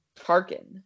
Tarkin